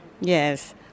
Yes